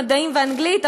מדעים ואנגלית,